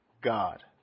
God